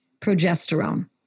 progesterone